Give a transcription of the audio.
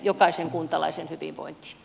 jokaisen kuntalaisen hyvinvointi